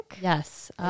Yes